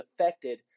affected